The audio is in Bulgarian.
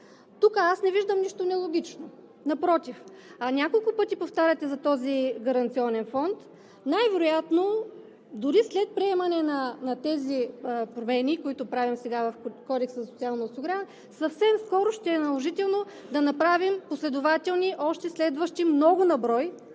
Аз не виждам тук нищо нелогично, напротив. Няколко пъти повтаряте за този гаранционен фонд, а най-вероятно след приемането на тези промени, които правим сега в Кодекса за социално осигуряване, съвсем скоро ще е наложително да направим последователни, следващи – много на брой,